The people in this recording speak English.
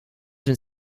been